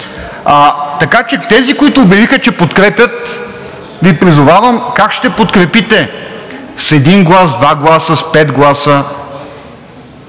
страни. Тези, които обявиха, че подкрепят, Ви призовавам: как ще подкрепите – с един глас, с два гласа, с пет гласа.